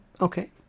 Okay